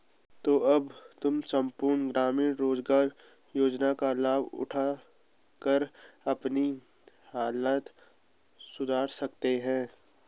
तो अब तुम सम्पूर्ण ग्रामीण रोज़गार योजना का लाभ उठाकर अपनी हालत सुधार सकते हो